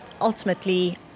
ultimately